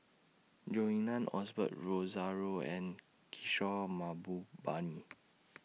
Zhou Ying NAN Osbert Rozario and Kishore Mahbubani